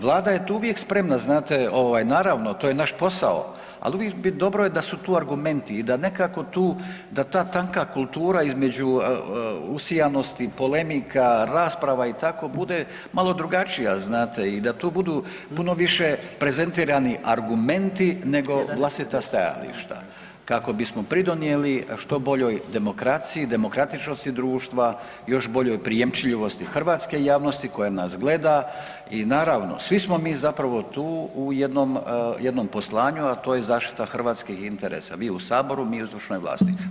Vlada je to uvijek spremna, znate ovaj, naravno, to je naš posao, ali uvijek je dobro je da su tu argumenti i da nekako tu, da ta tanka kultura između usijanosti i polemika, rasprava i tako, bude malo drugačija znate i da tu budu puno više prezentirani argumenti nego vlastita stajališta, kako bismo pridonijeli što boljoj demokraciji i demokratičnosti društva, još boljoj prijemčivosti hrvatske javnosti koja nas gleda i naravno, svi smo mi zapravo tu u jednom poslanju, a to je zaštita hrvatskih interesa, vi u Saboru, mi u izvršnoj vlasti.